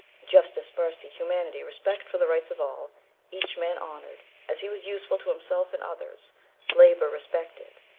justice, mercy, humanity, respect for the rights of all each man honoured, as he was useful to himself and others labour respected,